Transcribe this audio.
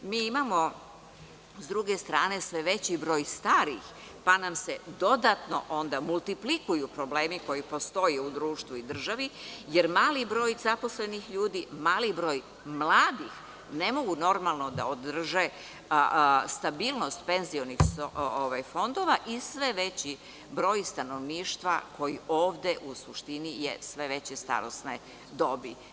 S druge strane, imamo sve veći broj starih, pa nam se onda dodatno multiplikuju problemi koji postoje u društvu i državi, jer mali broj zaposlenih ljudi, mali broj mladih ne mogu normalno da održe stabilnost penzionih fondova i sve veći broj stanovništva koji je ovde u suštini je sve veće starosne dobi.